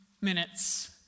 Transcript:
minutes